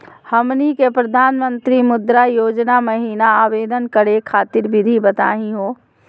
हमनी के प्रधानमंत्री मुद्रा योजना महिना आवेदन करे खातीर विधि बताही हो?